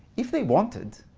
if they want it,